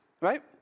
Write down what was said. Right